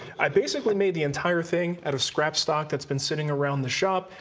i basically made the entire thing out of scrap stock that's been sitting around the shop.